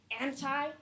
anti